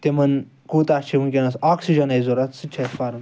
تمن کوٗتاہ چھ ونکیٚنَس آکسِجَنچ ضوٚرتھ سُہ تہِ چھُ اسہِ پَرُن